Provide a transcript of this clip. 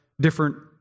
different